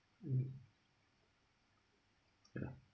mm ya